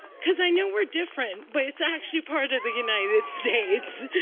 because i know we're different, but it's actually part of the united states.